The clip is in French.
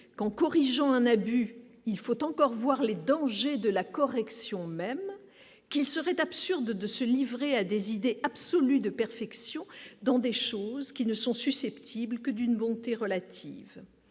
qu'en corrigeant un abus, il faut encore voir les dangers de la correction, même qu'il serait absurde de se livrer à des idées absolu de perfection dans des choses qui ne sont susceptibles d'une bonté relative